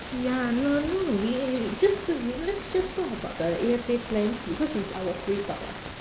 ya now now we just t~ let's just talk about the A_F_A plans because it's our free talk [what]